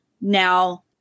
now